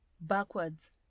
backwards